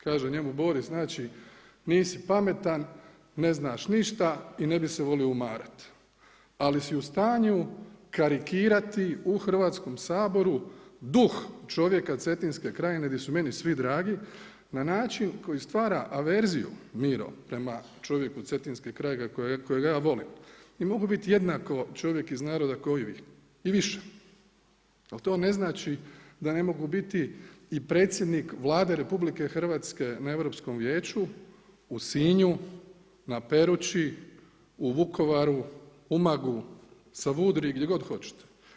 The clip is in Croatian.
Kaže njemu Boris znači nisi pametan, ne znaš ništa i ne bi se volio umarat, ali si u stanju karikirati u Hrvatskom saboru duh čovjeka cetinske krajine gdje su meni svi dragi na način koji stvara averziju Miro, prema čovjeku cetinskog kraja kojega ja volim i mogu biti jednako čovjek iz naroda kao i vi i više, ali to ne znači da ne mogu biti i predsjednik Vlade RH na Europskom vijeću, u Sinju, na Peruči, u Vukovaru, Umagu, Savudriji, gdje god hoćete.